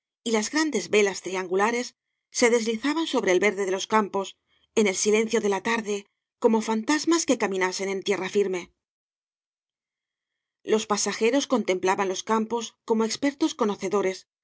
y las grandes velas triangulares se deslizaban sobre el verde de los campos en el silencio de la tarde como fantasmas que camina sen en tierra firme cañas y barro loa pasajeros contemplaban los campos conao expertos conocedores